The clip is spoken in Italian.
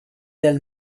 del